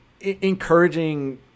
encouraging